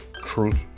truth